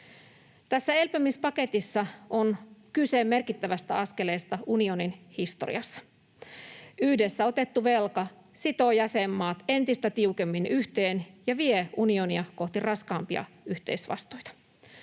Tässä elpymispaketissa on kyse merkittävästä askeleesta unionin historiassa. Yhdessä otettu velka sitoo jäsenmaat entistä tiukemmin yhteen ja vie unionia kohti raskaampia yhteisvastuita.